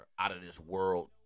out-of-this-world